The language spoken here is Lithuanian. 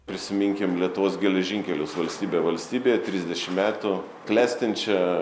prisiminkim lietuvos geležinkelius valstybė valstybė trisdešimt metų klestinčią